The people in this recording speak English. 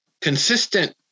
consistent